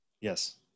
Yes